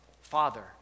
Father